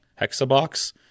Hexabox